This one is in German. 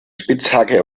spitzhacke